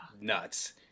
nuts